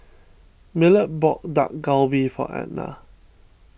Millard bought Dak Galbi for Ednah